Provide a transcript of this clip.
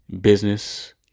business